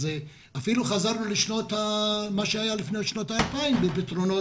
אפילו חזרנו למה שהיה לפני שנות ה-2000 בפתרונות